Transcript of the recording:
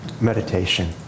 meditation